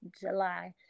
July